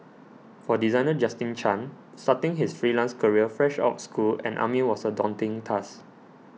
for designer Justin Chan starting his freelance career fresh out school and army was a daunting task